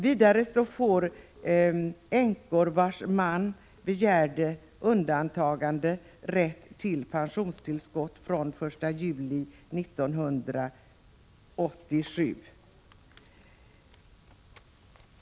Vidare får änkor vilkas män begärde undantagande från ATP rätt till pensionstillskott från den 1 juli 1987.